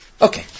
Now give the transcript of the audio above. Okay